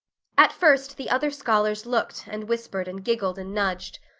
at first the other scholars looked and whispered and giggled and nudged.